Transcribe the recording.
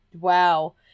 wow